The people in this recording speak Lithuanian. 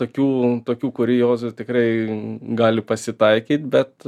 tokių tokių kuriozų tikrai gali pasitaikyt bet